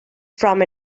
from